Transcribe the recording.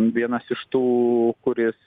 vienas iš tų kuris